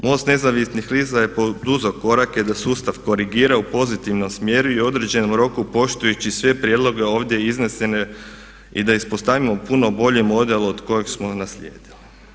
MOST nezavisnih lista je poduzeo korake da sustav korigira u pozitivnom smjeru i određenom roku poštujući sve prijedloge ovdje iznesene i da ispostavimo puno bolji model od onog koji smo naslijedili.